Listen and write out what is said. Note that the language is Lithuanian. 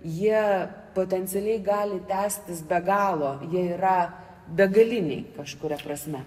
jie potencialiai gali tęstis be galo jie yra begaliniai kažkuria prasme